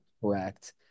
correct